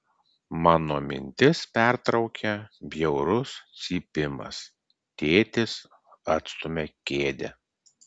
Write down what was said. mano mintis pertraukia bjaurus cypimas tėtis atstumia kėdę